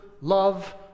love